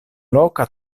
loka